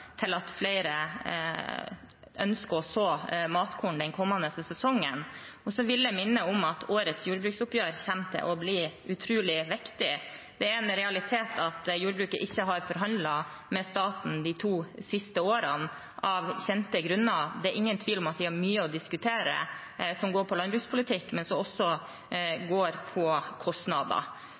til at flere ønsker å så matkorn den kommende sesongen. Jeg vil minne om at årets jordbruksoppgjør kommer til å bli utrolig viktig. Det er en realitet at jordbruket ikke har forhandlet med staten de to siste årene, av kjente grunner. Det er ingen tvil om at vi har mye å diskutere som handler om landbrukspolitikk, men som også handler om kostnader,